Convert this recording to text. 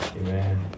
Amen